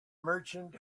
merchant